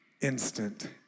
instant